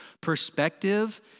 perspective